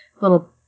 little